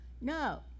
no